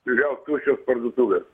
vėl tuščios parduotuvės